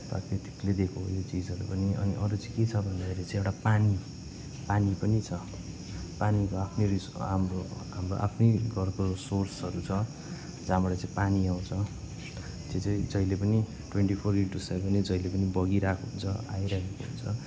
प्राकृतिकले दिएको हो यो चिजहरू पनि अनि अरू चाहिँ के छ भन्दाखेरि चाहिँ एउटा पानी पानी पनि छ पानी आफ्नै रिस हाम्रो हाम्रो आफ्नै घरको सोर्सहरू छ जहाँबाट चाहिँ पानी आउँछ त्यो चाहिँ जहिले पनि ट्वेनटी फोर इनटु सेभेन जहिले पनि बगिरहेको हुन्छ आइरहेको हुन्छ